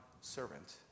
servant